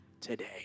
today